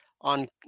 on